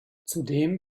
zudem